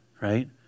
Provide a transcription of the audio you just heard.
right